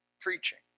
preaching